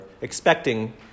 expecting